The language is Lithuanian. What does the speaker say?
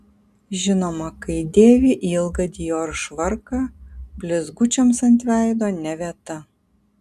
žinoma kai dėvi ilgą dior švarką blizgučiams ant veido ne vieta